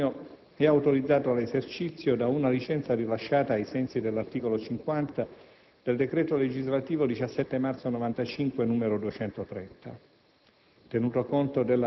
L'impianto Plutonio è autorizzato all'esercizio da una licenza rilasciata ai sensi dell'articolo 50 del decreto legislativo 17 marzo 1995, n. 230.